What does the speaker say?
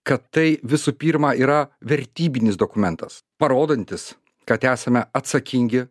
kad tai visų pirma yra vertybinis dokumentas parodantis kad esame atsakingi